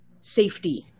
safety